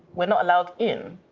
we're not allowed in.